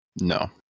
No